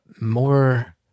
more